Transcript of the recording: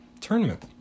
tournament